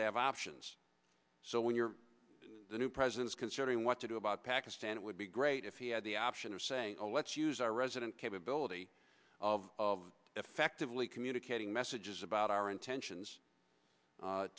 to have options so when you're the new president's considering what to do about pakistan it would be great if he had the option of saying oh let's use our resident capability of effectively communicating messages about our intentions